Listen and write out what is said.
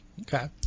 Okay